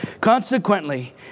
Consequently